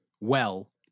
well-